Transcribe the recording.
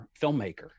filmmaker